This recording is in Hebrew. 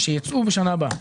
שייצאו בשנה הבאה.